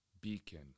beacon